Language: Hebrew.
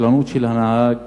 רשלנות של הנהג,